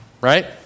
right